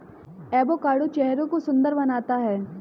avocado चेहरे को सुंदर बनाता है